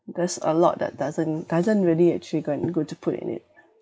there's a lot that doesn't doesn't really actually go and go to put in it